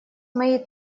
моей